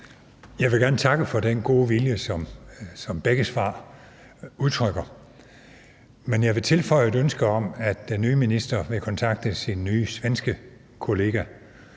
Jeg vil gerne takke for den gode vilje, som begge svar udtrykker, men jeg vil tilføje et ønske om, at den nye minister vil kontakte sin nye svenske kollega